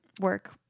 work